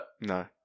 No